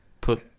put